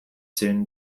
soon